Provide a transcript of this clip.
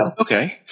Okay